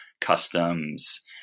customs